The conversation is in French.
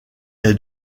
est